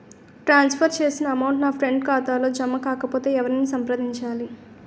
ట్రాన్స్ for చేసిన amount నా friend ఖాతాలో జమ కాకపొతే ఎవరిని సంప్రదించాలి?